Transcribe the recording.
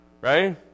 Right